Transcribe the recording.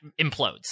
implodes